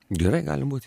gerai gali būt